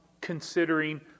considering